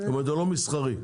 כלומר, זה לא מסחרי.